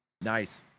Nice